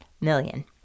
million